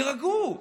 תירגעו.